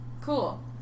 cool